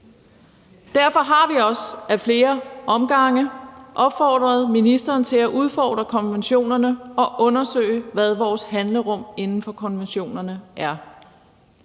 Derfor har vi også ad flere omgange opfordret ministeren til at udfordre konventionerne og undersøge, hvad vores handlerum inden for konventionerne er.